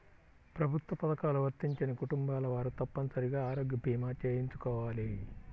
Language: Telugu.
ప్రభుత్వ పథకాలు వర్తించని కుటుంబాల వారు తప్పనిసరిగా ఆరోగ్య భీమా చేయించుకోవాలి